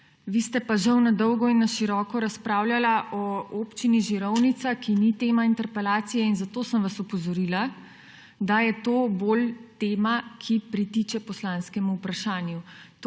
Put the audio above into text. Vi ste pa žal na dolgo in na široko razpravljali o Občini Žirovnica, ki ni tema interpelacije, in zato sem vas opozorila, da je to bolj tema, ki pritiče poslanskemu vprašanju.